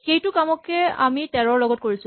সেইটো কামকে আমি ১৩ ৰ লগত কৰিছিলো